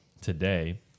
today